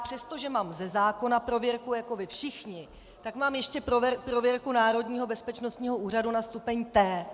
Přestože mám ze zákona prověrku jako vy všichni, tak mám ještě prověrku Národního bezpečnostního úřadu na stupeň T.